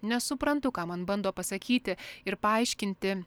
nesuprantu ką man bando pasakyti ir paaiškinti